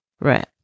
Right